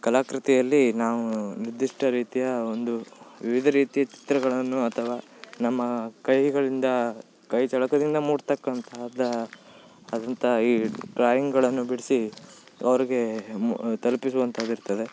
ಕಲಾಕೃತಿಯಲ್ಲಿ ನಾವು ನಿರ್ದಿಷ್ಟ ರೀತಿಯ ಒಂದು ವಿವಿಧ ರೀತಿಯ ಚಿತ್ರಗಳನ್ನು ಅಥವಾ ನಮ್ಮ ಕೈಗಳಿಂದ ಕೈಚಳಕದಿಂದ ಮೂಡ್ತಕ್ಕಂತಹ ಆದಂಥ ಈ ಡ್ರಾಯಿಂಗ್ಗಳನ್ನು ಬಿಡಿಸಿ ಅವ್ರಿಗೆ ತಲುಪಿಸುವಂಥದ್ದು ಇರ್ತದೆ